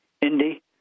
Indy